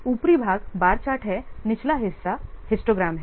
ऊपरी भाग bar chart है निचला हिस्सा हिस्टोग्राम है